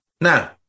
Now